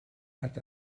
but